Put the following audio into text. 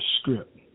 script